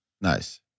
Nice